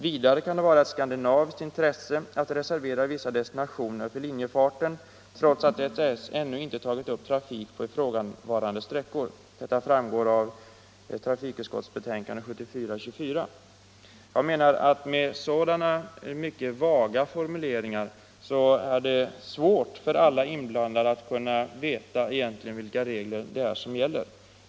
Vidare uttalades att det kan vara ett skandinaviskt intresse att reservera vissa destinationer för linjefarten, trots att SAS ännu inte tagit upp trafik på ifrågavarande sträckor. — Detta framgår av trafikutskottets betänkande 1974:24. Jag menar att med sådana mycket vaga formuleringar är det svårt för alla inblandade att egentligen veta vilka regler som gäller.